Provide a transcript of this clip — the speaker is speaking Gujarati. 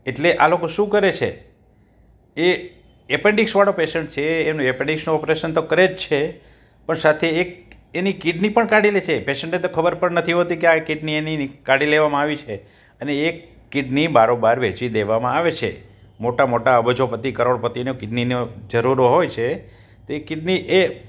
એટલે આ લોકો શું કરે છે એ એપેન્ડિક્સ વાળો પેશન્ટ છે એનું એપેન્ડિક્સનું ઓપરેશન તો કરે જ છે પણ સાથે એક એની કિડની પણ કાઢી લે છે પેશન્ટને તો ખબર પણ નથી આ એક કિડની એની કાઢી લેવામાં આવી છે અને એક કિડની બારોબર વેચી દેવામાં આવે છે મોટા મોટા અબજોપતિ કરોડપતિને કિડનીનો જરૂર હોય છે તો એ કિડની એ